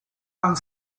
han